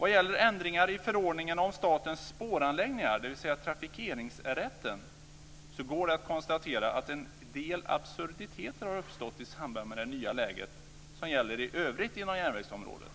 Vad gäller ändringar i förordningen om statens spåranläggningar, dvs. trafikeringsrätten, så går det att konstatera att en del absurditeter har uppstått i samband med det nya läge som gäller i övrigt på järnvägsområdet.